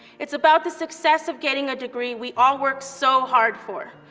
it's about the success of getting a degree we all worked so hard for,